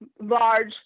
large